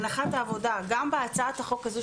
הנחת העבודה גם בהצעת החוק הזו,